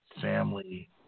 family